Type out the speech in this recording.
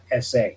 SA